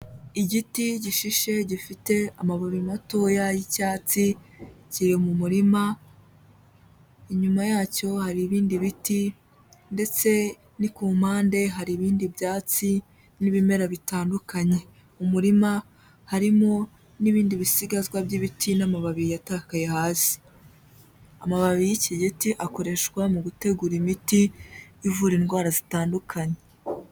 Igiti gishishe gifite amababi matoya y'icyatsi kiri mu murima, inyuma yacyo hari ibindi biti ndetse ni ku mpande hari ibindi byatsi n'ibimera bitandukanye. Mu murima harimo n'ibindi bisigazwa by'ibiti n'amababi yatakaye hasi. Amababi y'iki giti akoreshwa mu gutegura imiti ivura indwara zitandukanye.